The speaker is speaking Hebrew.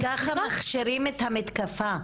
ככה מכשירים את המתקפה.